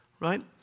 Right